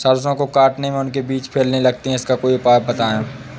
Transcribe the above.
सरसो को काटने में उनके बीज फैलने लगते हैं इसका कोई उपचार बताएं?